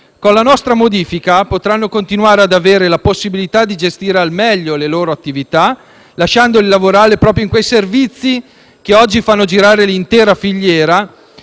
Con la nostra modifica potranno continuare ad avere la possibilità di gestire al meglio la loro attività lasciandoli lavorare proprio in quei servizi che oggi fanno girare l'intera filiera